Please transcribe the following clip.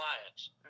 clients